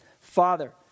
Father